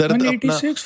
186